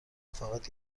فقط